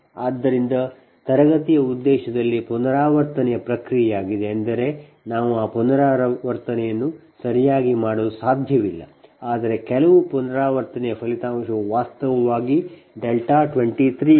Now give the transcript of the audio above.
ಆದ್ದರಿಂದ ಇದು ತರಗತಿಯ ಉದ್ದೇಶದಲ್ಲಿ ಪುನರಾವರ್ತನೆಯ ಪ್ರಕ್ರಿಯೆಯಾಗಿದೆ ಎಂದರೆ ನಾವು ಆ ಪುನರಾವರ್ತನೆಯನ್ನು ಸರಿಯಾಗಿ ಮಾಡಲು ಸಾಧ್ಯವಿಲ್ಲ ಆದರೆ ಕೆಲವು ಪುನರಾವರ್ತನೆಯ ಫಲಿತಾಂಶವು ವಾಸ್ತವವಾಗಿ 2311 31 6 Pg11